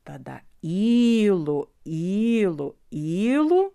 tada ylu ylu ylu